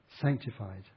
sanctified